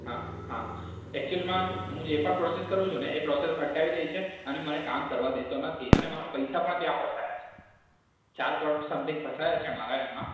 હા હા એકચુલીમાં હું જે પણ પ્રોસેસ કરું છું ને એ પ્રોસેસ અટકાવી દે છે અને મને કામ કરવા દેતો નથી અને મારા પૈસા પણ ત્યાં ફસાયા છે ચાર કરોડ સમથિંગ ફસાયા છે મારા એમાં